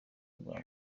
bwa